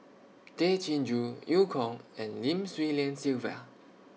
Tay Chin Joo EU Kong and Lim Swee Lian Sylvia